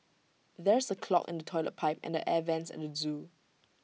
there is A clog in the Toilet Pipe and the air Vents at the Zoo